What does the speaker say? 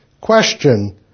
Question